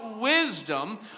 wisdom